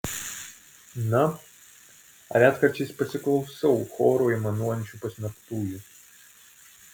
na retkarčiais pasiklausau choru aimanuojančių pasmerktųjų